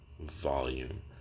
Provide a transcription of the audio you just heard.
volume